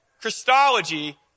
Christology